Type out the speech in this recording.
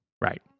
Right